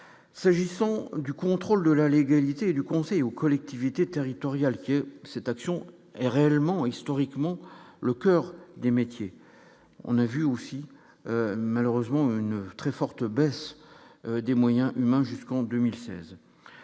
s'agissant du contrôle de la légalité du conseil aux collectivités territoriales qui c'est action est réellement historiquement le coeur des métiers, on a vu aussi malheureusement une très forte baisse des moyens humains jusqu'en 2016